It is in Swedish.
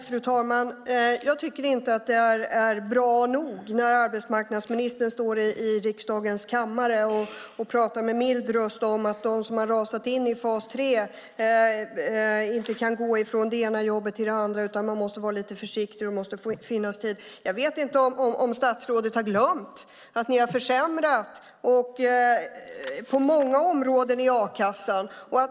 Fru talman! Jag tycker inte att det är bra nog när arbetsmarknadsministern står i riksdagens kammare och talar med mild röst om att de som rasat in i fas 3 inte kan gå från de ena jobbet till det andra och att man måste vara lite försiktig och att det måste finnas tid. Jag vet inte om statsrådet har glömt att ni har försämrat på många områden i a-kassan.